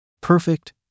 Perfect